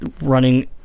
running